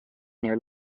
near